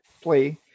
play